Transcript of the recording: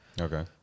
Okay